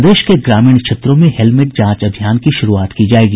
प्रदेश के ग्रामीण क्षेत्रों में हेलमेट जांच अभियान की शुरूआत की जायेगी